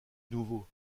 nouveau